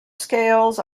scales